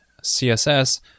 CSS